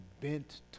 bent